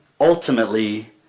ultimately